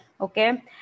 okay